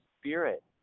spirit